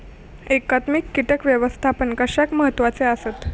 एकात्मिक कीटक व्यवस्थापन कशाक महत्वाचे आसत?